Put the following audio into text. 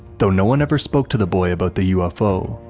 though no one ever spoke to the boy about the ufo,